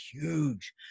huge